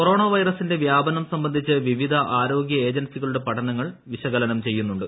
corona വൈറസിന്റെ വ്യാപനം സംബന്ധിച്ച് വിവിധ ആരോഗ്യ ഏജൻസികളുടെ പഠനങ്ങൾ വിശകലനം ചെയ്യുന്നുണ്ട്